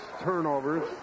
turnovers